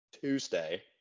Tuesday